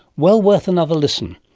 well worth another listen.